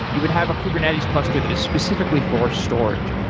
you would have a kubernetes cluster that is specifically for storage.